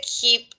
keep